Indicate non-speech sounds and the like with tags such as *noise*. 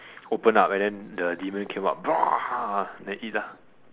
open up and then the demon came up *noise* then eat lah